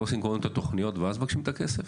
לא עושים קודם את התוכניות ואז מבקשים את הכסף?